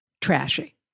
trashy